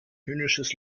höhnisches